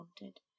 wanted